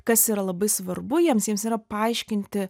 kas yra labai svarbu jiems jiems yra paaiškinti